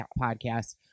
Podcast